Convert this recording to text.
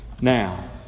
Now